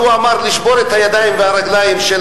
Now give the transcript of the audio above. שהוא אמר לשבור את הידיים והרגליים של